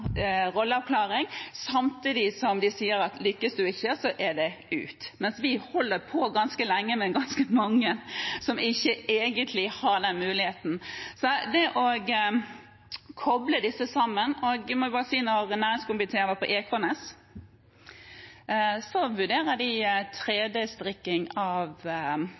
rolleavklaring, samtidig som de sier at lykkes du ikke, er det ut. Mens vi holder på ganske lenge med ganske mange som ikke egentlig har den muligheten. Vi må koble disse sammen. Og jeg må bare si at næringskomiteen har vært på Ekornes, og de vurderer 3D-strikking av møbelovertrekk framover. Det betyr at man får teko som møter møbelindustrien. Da jeg